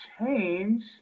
change